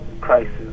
crisis